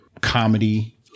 comedy